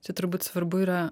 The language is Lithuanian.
čia turbūt svarbu yra